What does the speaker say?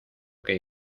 que